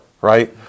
right